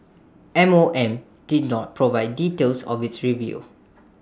M O M did not provide details of its review